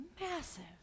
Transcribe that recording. massive